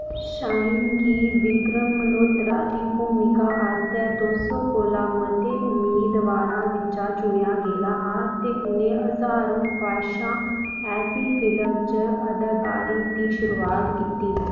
shine गी विक्रम मल्होत्रा दी भूमिका आस्तै दो सौ कोला मते उम्मीदवारा बिच्चा चुनेआ गेदा हा ते उ'नें 'हज़ारों ख्वाहिशां ऐसी' फिल्म च अदाकारी दी शुरुआत कीती